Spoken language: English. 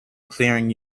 clearing